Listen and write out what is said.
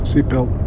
Seatbelt